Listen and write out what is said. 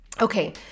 Okay